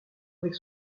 avec